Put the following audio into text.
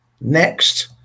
Next